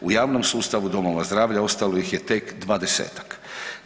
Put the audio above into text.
U javnom sustavu domova zdravlja ostalo ih je tek 20-ak.